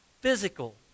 physical